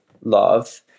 love